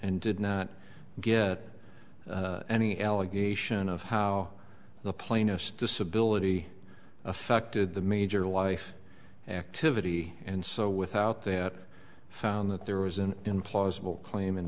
and did not get any allegation of how the plaintiffs disability affected the major life activity and so without that found that there was an implausible claim